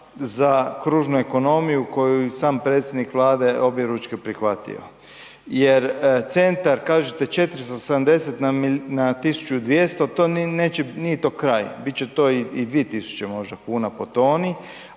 za kružnu ekonomiju koju je i sam predsjednik Vlade objeručke prihvatio. Jer centar, kažete 470 na 1200, to neće, nije to kraj, bit će to i 2000 možda kuna po toni